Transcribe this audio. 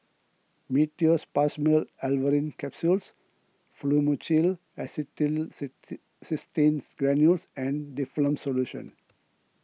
Meteospasmyl Alverine Capsules Fluimucil Granules and Difflam Solution